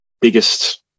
Biggest